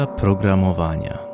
programowania